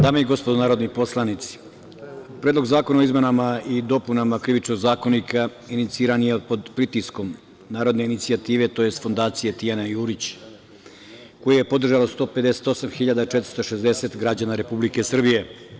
Dame i gospodo narodni poslanici, Predlog zakona o izmenama i dopunama Krivičnog zakonika iniciran je pod pritiskom narodne inicijative tj. Fondacije „Tijana Jurić“ koji je podržalo 158.460 građana Republike Srbije.